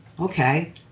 okay